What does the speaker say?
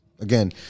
again